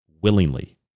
willingly